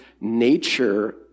nature